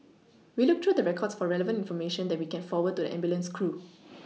we look through the records for relevant information that we can forward to the ambulance crew